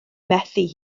methu